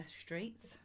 streets